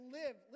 live